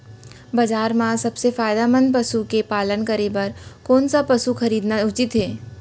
बजार म सबसे फायदामंद पसु के पालन करे बर कोन स पसु खरीदना उचित हे?